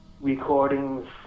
recordings